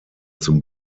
zum